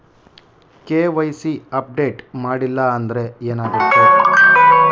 KYC update ಮಾಡಿಲ್ಲ ಅಂದ್ರೆ ಏನಾಗುತ್ತೆ?